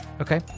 okay